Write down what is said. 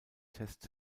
test